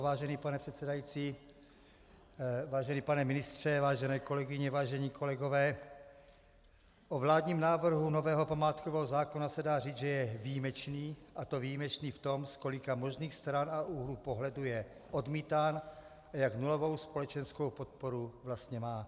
Vážený pane předsedající, vážený pane ministře, vážené kolegyně, vážení kolegové, o vládním návrhu nového památkového zákona se dá říci, že je výjimečný, a to výjimečný v tom, z kolika možných stran a úhlů pohledu je odmítán a jak nulovou společenskou podporu vlastně má.